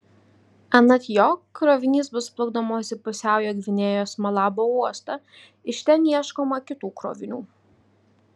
anot jo krovinys bus plukdomas į pusiaujo gvinėjos malabo uostą iš ten ieškoma kitų krovinių